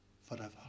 forever